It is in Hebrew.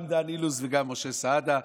גם דן אילוז וגם משה סעדה,